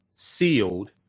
sealed